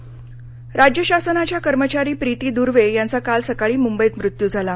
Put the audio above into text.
कर्मचारी मत्य राज्य शासनाच्या कर्मचारी प्रीती दुर्वे यांचा काल सकाळी मुंबईत मृत्यू झाला